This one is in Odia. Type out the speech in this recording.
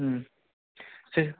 ସେ